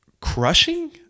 crushing